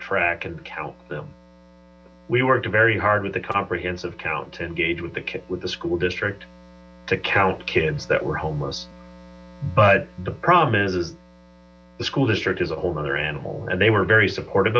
track and count them we worked very hard with a comprehensive count to engage with the with the school district to count kids that were homeless but the problem is is the school district is a whole nother animal and they were very supportive